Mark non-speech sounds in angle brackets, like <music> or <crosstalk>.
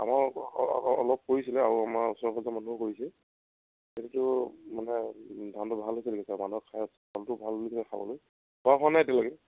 আমাৰ অলপ কৰিছিলে আৰু আমাৰ ওচৰ পাজৰৰ মানুহেও কৰিছে কিন্তু মানে ধানটো ভাল হৈ হৈছে মানুহৰ <unintelligible> নাই এতিয়ালকে